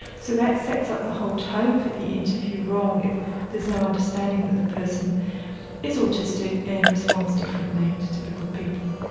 so that sets up the whole tone for the interview wrong if there's no understanding that the person is autistic and responds differently to typical people.